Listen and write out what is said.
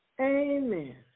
Amen